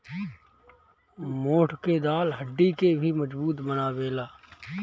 मोठ के दाल हड्डी के भी मजबूत बनावेला